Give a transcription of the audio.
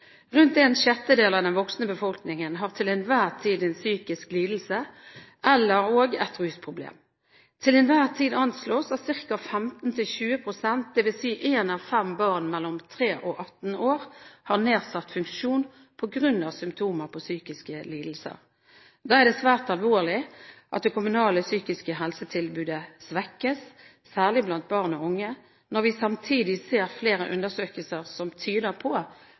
Rundt en sjettedel av den voksne befolkningen har til enhver tid en psykisk lidelse eller/og et rusproblem. Til enhver tid anslås at ca. 15–20 pst., dvs. én av fem barn mellom 3 og 18 år, har nedsatt funksjon på grunn av symptomer på psykiske lidelser. Da er det svært alvorlig at det kommunale psykiske helsetilbudet svekkes, særlig blant barn og unge, når vi samtidig ser flere undersøkelser som tyder på